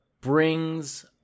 brings